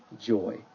joy